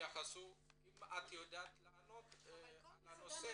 בחלק מהרשויות מיושמות הפעולות בצורה חלקית.